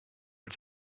its